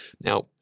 Now